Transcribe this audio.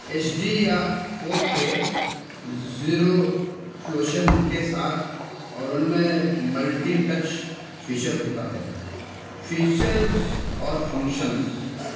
H D یا four K resolution کے ساتھ اور ان میں ملٹی ٹچ فیچر ہوتا ہے فیچرز اور فنکشنز